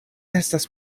estas